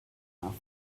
half